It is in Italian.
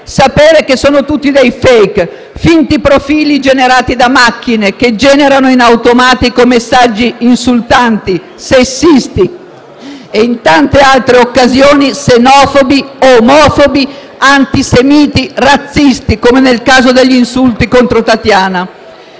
sapere che sono tutti dei *fake*, dei finti profili generati da macchine che generano, in automatico, messaggi insultanti, sessisti e, in tante altre occasioni, xenofobi, omofobi, antisemiti, razzisti, come nel caso degli insulti contro Tatiana.